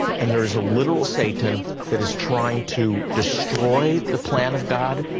and there is a literal satan that is trying to destroy the plan of god,